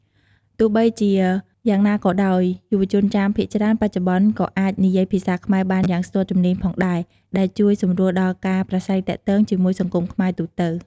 ទោះបីជាយ៉ាងណាក៏ដោយ យុវជនចាមភាគច្រើនបច្ចុប្បន្នក៏អាចនិយាយភាសាខ្មែរបានយ៉ាងស្ទាត់ជំនាញផងដែរ ដែលជួយសម្រួលដល់ការប្រាស្រ័យទាក់ទងជាមួយសង្គមខ្មែរទូទៅ។